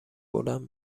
بلند